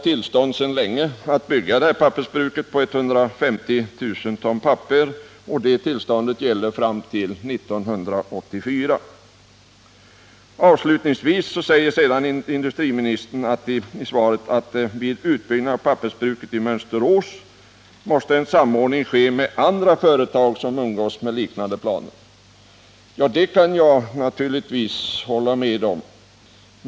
Tillståndet att bygga ett pappersbruk för 150 000 ton papper gäller fram till 1984. Avslutningsvis säger industriministern i svaret att vid en utbyggnad av pappersbruket i Mönsterås ”måste en samordning ske med andra företag, som umgås med liknande planer”. Det kan jag naturligtvis hålla med om.